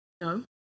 no